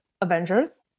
Avengers